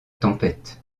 tempête